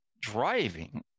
driving